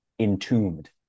entombed